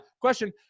question